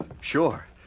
Sure